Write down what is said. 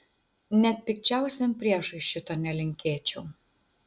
net pikčiausiam priešui šito nelinkėčiau